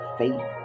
faith